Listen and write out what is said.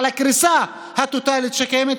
על הקריסה הטוטלית שקיימת,